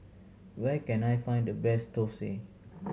where can I find the best thosai